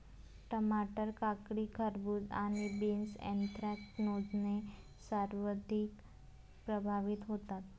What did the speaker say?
टमाटर, काकडी, खरबूज आणि बीन्स ऍन्थ्रॅकनोजने सर्वाधिक प्रभावित होतात